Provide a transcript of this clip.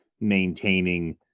maintaining